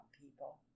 people